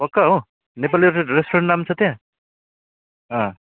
पक्का हो नेपाली रेस्टुरेन्ट राम्रो छ त्यहाँ अँ